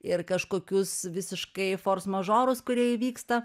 ir kažkokius visiškai fors mažorus kurie įvyksta